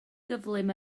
gyflym